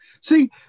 See